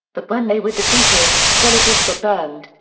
but when they were defeated, villages were burned.